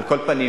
על כל פנים,